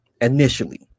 Initially